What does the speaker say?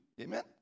Amen